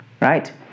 right